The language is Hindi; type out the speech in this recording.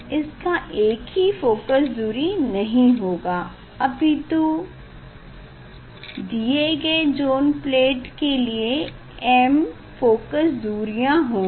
इसका एक ही फोकस दूरी नहीं होगा अपितु दिये गए ज़ोन प्लेट के लिए m फोकस दूरियाँ होंगी